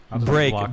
Break